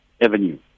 avenue